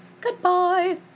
Goodbye